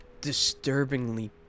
disturbingly